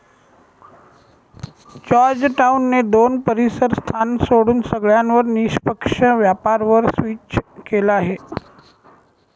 Georgetown ने दोन परीसर स्थान सोडून सगळ्यांवर निष्पक्ष व्यापार वर स्विच केलं आहे